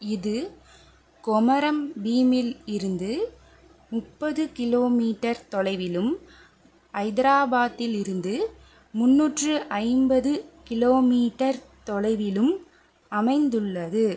இது கொமரம் பீமில் இருந்து முப்பது கிலோமீட்டர் தொலைவிலும் ஐதராபாத்தில் இருந்து முன்னுாற்று ஐம்பது கிலோமீட்டர் தொலைவிலும் அமைந்துள்ளது